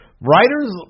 writers